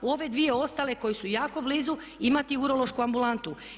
U ove dvije ostale koje su jako blizu imati urološku ambulantu.